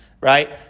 right